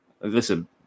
listen